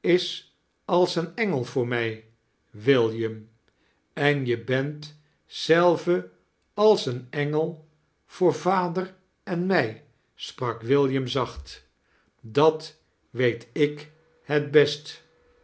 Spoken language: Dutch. is als een engel voor mfl william en je bent zelve als een engel voor vader en mi sprak william zacht dat weet ik het best